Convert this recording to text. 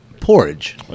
porridge